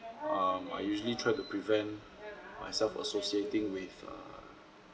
um I usually try to prevent myself associating with err